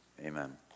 amen